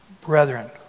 Brethren